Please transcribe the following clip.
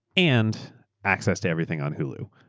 and access to everything on hulu,